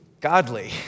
godly